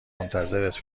منتظرت